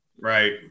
Right